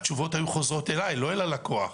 התשובות היו חוזרות אליי, לא אל הלקוח.